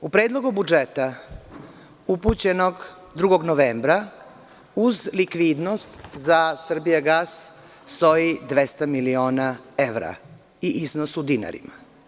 U predlogu budžeta, upućenog 2. novembra, uz likvidnost za „Srbijagas“ stoji 200 miliona evra, i iznos u dinarima.